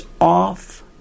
off